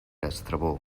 estrabó